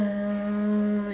uh